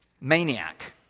maniac